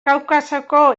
kaukasoko